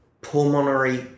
pulmonary